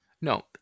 No